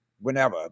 whenever